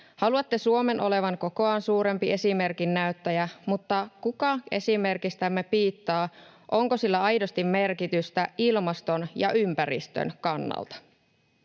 Haluatte Suomen olevan kokoaan suurempi esimerkin näyttäjä, mutta kuka esimerkistämme piittaa? Onko sillä aidosti merkitystä ilmaston ja ympäristön kannalta?